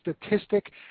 statistic